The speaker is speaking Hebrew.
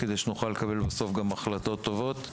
כדי שגם נוכל לקבל בסוף החלטות טובות.